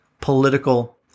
political